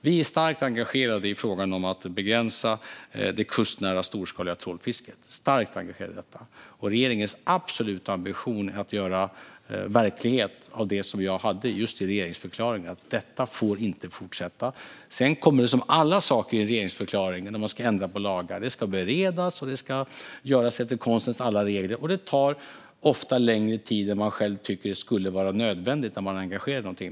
Vi är starkt engagerade i frågan om att begränsa det kustnära storskaliga trålfisket, och regeringens absoluta ambition är att göra verklighet av det jag sa i regeringsförklaringen: Detta får inte fortsätta. Men som alltid när man ska ändra på lagar måste det beredas efter konstens alla regler, och det tar ofta längre tid än man själv tycker skulle vara nödvändigt när man är engagerad i något.